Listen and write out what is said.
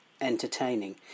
Entertaining